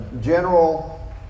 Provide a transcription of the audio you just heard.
general